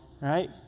right